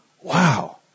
Wow